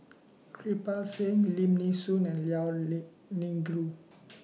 Kirpal Singh Lim Nee Soon and Liao Lee Yingru